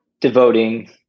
devoting